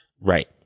Right